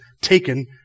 taken